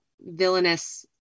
villainous